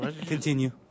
Continue